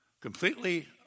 completely